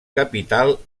capital